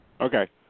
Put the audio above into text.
Okay